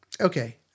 okay